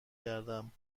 کردم